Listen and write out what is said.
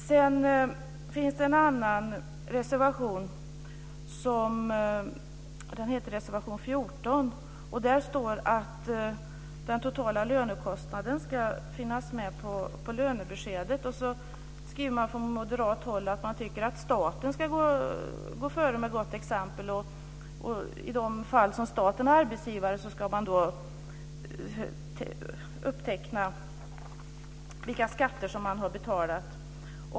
Sedan finns det en annan reservation, nämligen reservation 14, där det står att den totala lönekostnaden ska finnas med på lönebeskedet. Moderaterna skriver att man tycker att staten ska gå före med gott exempel. I de fall som staten är arbetsgivare ska man ange vilka skatter som man har betalat.